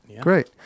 Great